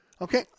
Okay